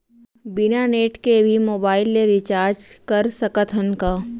बिना नेट के भी मोबाइल ले रिचार्ज कर सकत हन का?